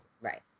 Right